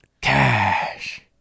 Cash